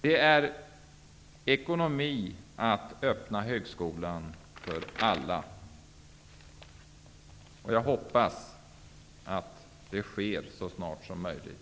Det är ekonomi att öppna högskolan för alla, och jag hoppas att det sker så snart som möjligt.